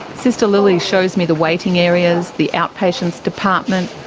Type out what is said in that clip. sister lily shows me the waiting areas, the outpatients department,